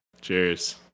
Cheers